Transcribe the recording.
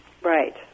Right